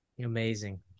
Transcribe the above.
Amazing